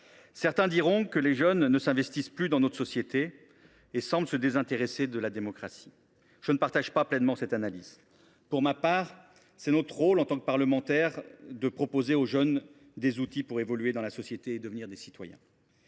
Certains diront que les jeunes ne s’investissent plus dans notre société et semblent se désintéresser de la démocratie. Je ne partage pas pleinement cette analyse. Pour ma part, je considère que c’est notre rôle, en tant que parlementaires, de proposer aux jeunes des outils pour évoluer dans la société et devenir des citoyens.